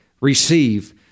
receive